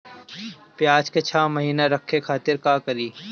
प्याज के छह महीना रखे खातिर का करी?